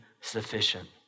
sufficient